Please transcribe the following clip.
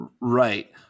right